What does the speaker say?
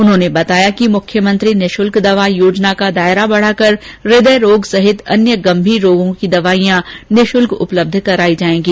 उन्होंने बताया कि मुख्यमंत्री निःशुल्क दवा योजना का दायरा बढ़ाकर हृदय रोग सहित अन्य गंभीर रोगों की दवाईयां निशुल्क उपलब्ध कराई जाएगी